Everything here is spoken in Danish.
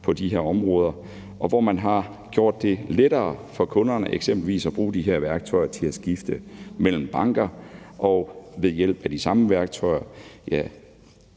på de her områder, og hvor man har gjort det lettere for kunderne eksempelvis at bruge de her værktøjer til at skifte mellem banker, og det er som sagt de værktøjer, vi